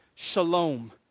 Shalom